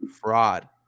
fraud